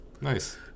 Nice